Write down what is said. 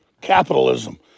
capitalism